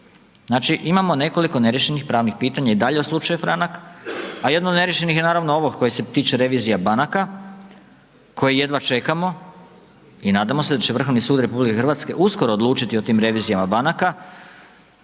Znači imamo nekoliko neriješenih pravnih pitanja i dalje u slučaju Franak a jedno od neriješenih je naravno koje se tiče revizija banaka koje jedva čekamo i nadam se da će Vrhovni sud RH uskoro odlučiti o tim revizijama banaka,